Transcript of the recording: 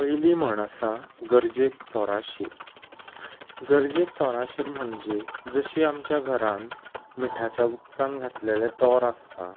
पयली म्हण आसा गरजेक तोरा शीर गरजेक तोरा शीर म्हणजे जशी आमच्या घरान मिठाच्या उदकान घातलेलें तोर आसता